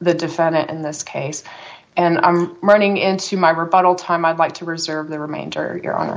the defendant in this case and i'm running into my rebuttal time i'd like to reserve the remainder your hon